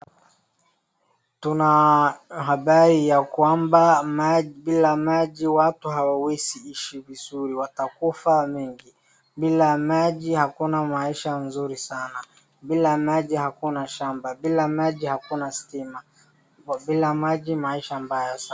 Tuna habari ya kwamba bila maji watu hawawezi ishi vizuri, watakufa wengi. Bila maji hakuna maisha nzuri sana, bila maji hakuna shamba, bila maji hakuna stima, bila maji maisha mbaya sana.